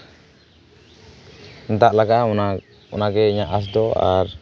ᱫᱟᱜ ᱞᱟᱜᱟᱜᱼᱟ ᱚᱱᱟ ᱚᱱᱟᱜᱮ ᱤᱧᱟᱹᱜ ᱟᱸᱥ ᱫᱚ ᱟᱨ